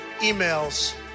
emails